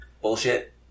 bullshit